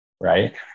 right